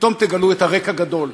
פתאום תגלו את הריק הגדול,